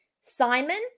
simon